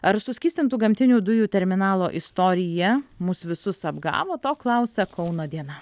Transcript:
ar suskystintų gamtinių dujų terminalo istorija mus visus apgavo to klausia kauno diena